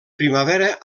primavera